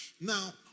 Now